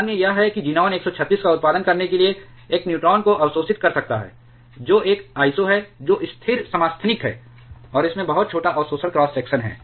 अन्य यह है कि ज़ीनान 136 का उत्पादन करने के लिए एक न्यूट्रॉन को अवशोषित कर सकता है जो एक आइसो है जो स्थिर समस्थानिक है और इसमें बहुत छोटा अवशोषण क्रॉस सेक्शन है